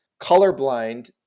colorblind